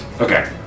Okay